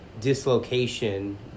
dislocation